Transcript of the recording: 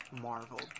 Marvel